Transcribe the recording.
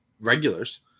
regulars